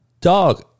Dog